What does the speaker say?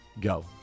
go